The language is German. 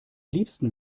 liebsten